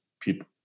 people